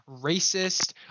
racist